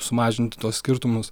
sumažinti tuos skirtumus